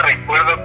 recuerdo